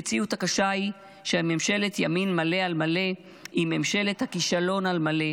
המציאות הקשה היא שממשלת ימין מלא על מלא היא ממשלת הכישלון על מלא.